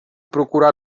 procurar